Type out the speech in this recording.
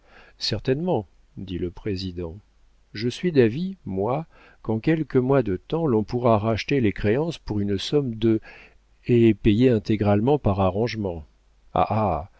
certainement dit le président je suis d'avis moi qu'en quelques mois de temps l'on pourra racheter les créances pour une somme de et payer intégralement par arrangement